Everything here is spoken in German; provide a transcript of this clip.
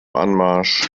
anmarsch